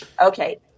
Okay